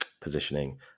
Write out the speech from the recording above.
positioning